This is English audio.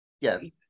yes